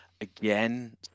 again